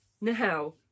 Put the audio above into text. now